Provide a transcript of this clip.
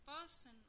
person